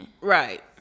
Right